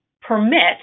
permit